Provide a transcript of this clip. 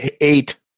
Eight